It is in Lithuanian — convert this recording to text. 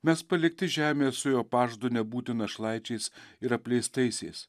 mes palikti žemėje su jo pažadu nebūti našlaičiais ir apleistaisiais